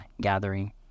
gathering